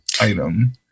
item